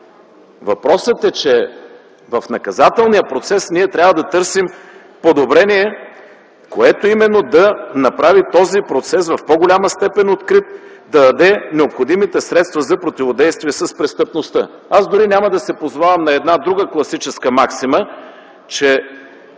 Въпросът е, че в наказателния процес ние трябва да търсим подобрение, което именно да направи този процес в по-голяма степен открит, да даде необходимите средства за противодействие с престъпността. Аз дори няма да се позовавам на една друга класическа максима, че: